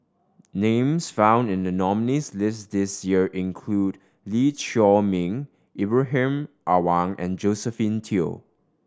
names found in the nominees' list this year include Lee Chiaw Meng Ibrahim Awang and Josephine Teo